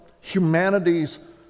humanity's